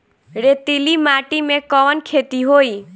रेतीली माटी में कवन खेती होई?